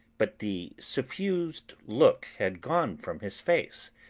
but the suffused look had gone from his face,